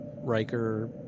Riker